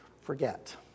forget